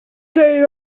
day